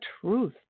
truth